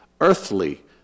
earthly